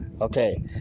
Okay